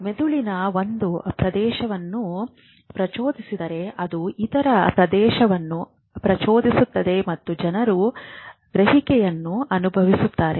ಮೆದುಳಿನ ಒಂದು ಪ್ರದೇಶವನ್ನು ಪ್ರಚೋದಿಸಿದರೆ ಅದು ಇತರ ಪ್ರದೇಶವನ್ನು ಪ್ರಚೋದಿಸುತ್ತದೆ ಮತ್ತು ಜನರು ಗ್ರಹಿಕೆಯನ್ನು ಅನುಭವಿಸುತ್ತಾರೆ